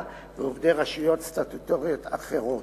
כפי שהן חלות על עובדי מדינה ועובדי רשויות סטטוטוריות אחרות.